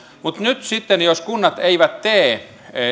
mutta nyt sitten jos kunnat eivät tee